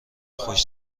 خوش